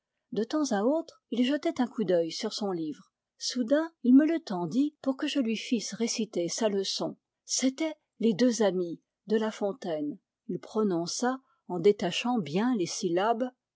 de temps à autre il jetait un coup d'œil sur son livre soudain il me le tendit pour que je lui fisse réciter sa leçon c'était les deux amis de la fontaine il prononça en détachant bien les syllabes